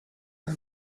own